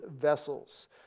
Vessels